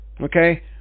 Okay